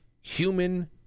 human